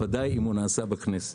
ודאי אם נעשה בכנסת.